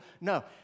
No